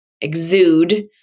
exude